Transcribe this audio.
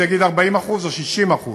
יגיד 40% או 60%